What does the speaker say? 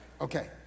Okay